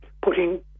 putting